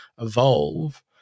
evolve